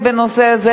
גם בירושלים,